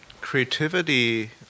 creativity